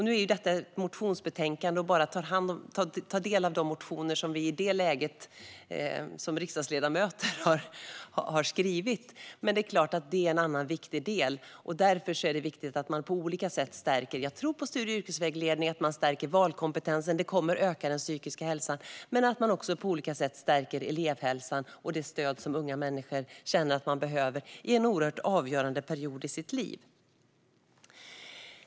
Nu är detta ett motionsbetänkande, så det tar bara upp sådant som behandlas i de motioner som riksdagsledamöter har skrivit. Men det är ändå viktigt att man stärker studie och yrkesvägledningen och valkompetensen. Det kommer att öka den psykiska hälsan, liksom att man stärker elevhälsan och ger unga människor det stöd de känner att de behöver i en avgörande period av livet.